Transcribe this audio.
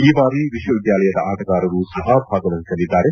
ಈ ಬಾರಿ ವಿಶ್ವವಿದ್ಲಾಲಯದ ಆಟಗಾರರು ಸಹ ಭಾಗವಹಿಸಲಿದ್ದಾರೆ